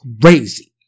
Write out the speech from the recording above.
crazy